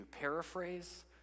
Paraphrase